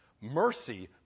Mercy